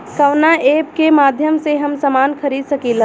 कवना ऐपके माध्यम से हम समान खरीद सकीला?